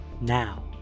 now